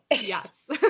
Yes